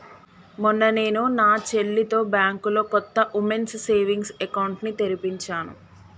మొన్న నేను నా చెల్లితో బ్యాంకులో కొత్త ఉమెన్స్ సేవింగ్స్ అకౌంట్ ని తెరిపించాను